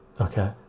okay